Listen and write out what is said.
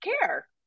care